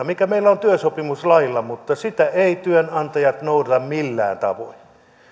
mikä meillä on työsopimuslailla mutta sitä eivät työnantajat noudata millään tavoin